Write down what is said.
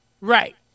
Right